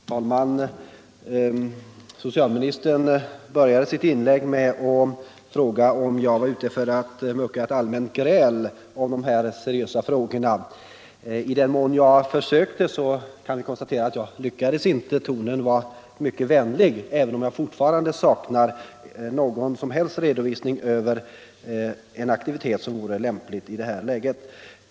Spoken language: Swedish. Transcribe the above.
Herr talman! Socialministern började sitt inlägg med att fråga om jag var ute för att mucka ett allmänt gräl om de här seriösa frågorna. I den mån jag försökte kan vi konstatera att jag inte lyckades. Tonen var mycket vänlig, även om jag fortfarande saknar någon som helst redovisning för en aktivitet som vore lämplig i det här läget.